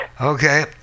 Okay